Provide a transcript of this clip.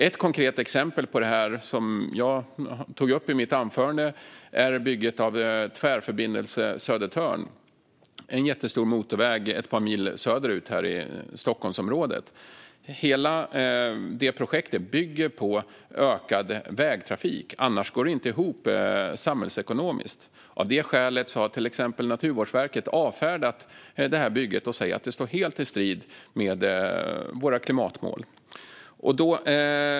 Ett konkret exempel på detta som jag tog upp i mitt anförande är bygget av Tvärförbindelse Södertörn - en jättestor motorväg ett par mil söderut här i Stockholmsområdet. Hela detta projekt bygger på ökad vägtrafik, annars går det inte ihop samhällsekonomiskt. Av detta skäl har till exempel Naturvårdsverket avfärdat detta bygge och säger att det står helt i strid med våra klimatmål.